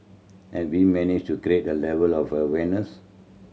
have we managed to create a level of awareness